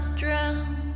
drown